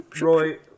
Roy